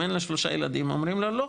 אם אין לה שלושה ילדים אומרים לה 'לא,